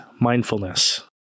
Mindfulness